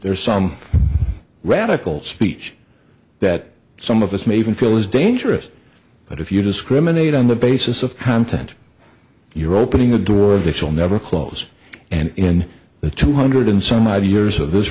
there are some radical speech that some of us may even feel is dangerous but if you discriminate on the basis of content you're opening the door of this will never close and in the two hundred and some odd years of this